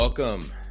Welcome